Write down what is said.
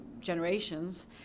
generations